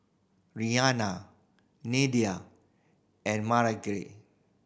Rihanna Nelda and